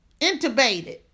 Intubated